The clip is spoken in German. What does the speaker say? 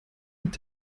mit